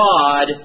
God